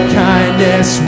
kindness